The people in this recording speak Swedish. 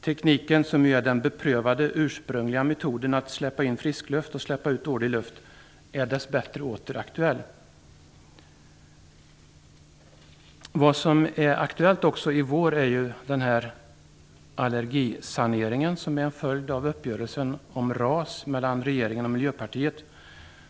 Tekniken, dvs. den beprövade, urspungliga metoden att släppa in friskluft och släppa ut dålig luft, är dess bättre åter aktuell. Något som är aktuellt i vår är den allergisanering som är en följd av uppgörelsen om RAS mellan regeringen och Miljöpartiet.